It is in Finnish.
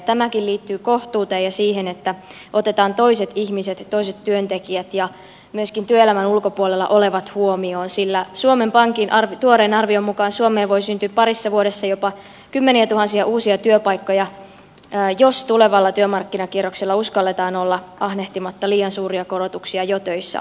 tämäkin liittyy kohtuuteen ja siihen että otetaan toiset ihmiset ja toiset työntekijät ja myöskin työelämän ulkopuolella olevat huomioon sillä suomen pankin tuoreen arvion mukaan suomeen voi syntyä parissa vuodessa jopa kymmeniä tuhansia uusia työpaikkoja jos tulevalla työmarkkinakierroksella uskalletaan olla ahnehtimatta liian suuria korotuksia jo töissä oleville